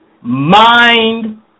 mind